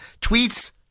Tweets